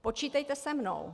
Počítejte se mnou.